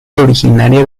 originaria